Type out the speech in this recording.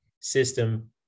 System